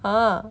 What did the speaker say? !huh!